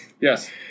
Yes